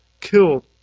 killed